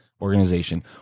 organization